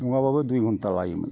नंङाबाबो दुइ गन्था लायोमोन